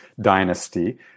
dynasty